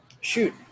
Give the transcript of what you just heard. Shoot